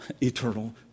eternal